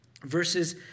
Verses